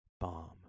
bomb